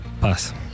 Pass